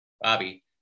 Bobby